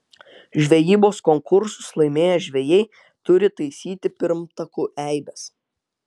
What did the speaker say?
žvejybos konkursus laimėję žvejai turi taisyti pirmtakų eibes